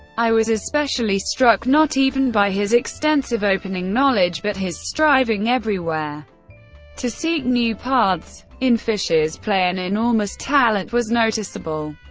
i was especially struck not even by his extensive opening knowledge, but his striving everywhere to seek new paths. in fischer's play an enormous talent was noticeable,